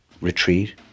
retreat